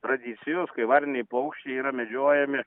tradicijos kai varniniai paukščiai yra medžiojami